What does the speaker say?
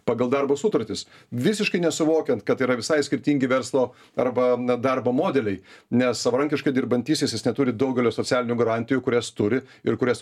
pagal darbo sutartis visiškai nesuvokiant kad yra visai skirtingi verslo arba na darbo modeliai nes savarankiškai dirbantysis jis neturi daugelio socialinių garantijų kurias turi ir kurias